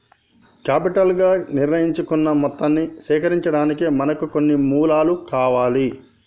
capital గా నిర్ణయించుకున్న మొత్తాన్ని సేకరించడానికి మనకు కొన్ని మూలాలు కావాలి